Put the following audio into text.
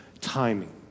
timing